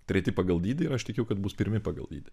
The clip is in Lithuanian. treti pagal dydį ir aš tikiu kad bus pirmi pagal dydį